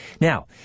Now